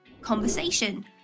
conversation